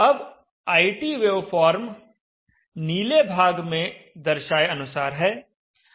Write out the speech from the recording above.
अब IT waveform नीले भाग में दर्शाए अनुसार है